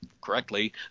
correctly